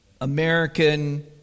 American